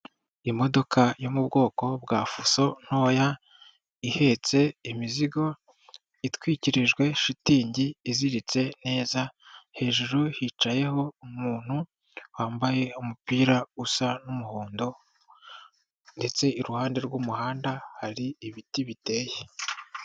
Imodoka yo mu bwoko bwa fuso ntoya, ihetse imizigo, itwikirijwe shitingi iziritse neza, hejuru hicayeho umuntu wambaye umupira usa n'umuhondo ndetse iruhande rw'umuhanda hari ibiti biteye.